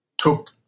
took